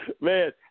Man